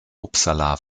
uppsala